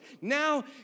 Now